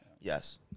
Yes